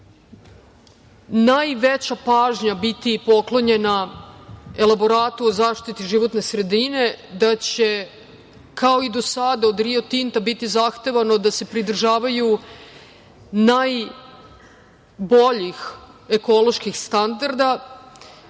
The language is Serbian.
najveća pažnja biti poklonjena elaboratu o zaštiti životne sredine, da će kao i do sada od „Rio Titna“ biti zahtevano da se pridržavaju najboljih ekoloških standarda